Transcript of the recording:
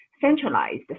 centralized